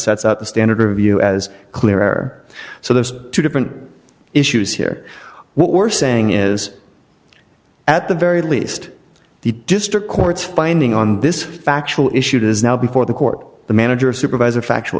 sets out the standard review as clear so there's two different issues here what we're saying is at the very least the district courts finding on this factual issue that is now before the court the manager or supervisor factual